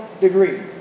degree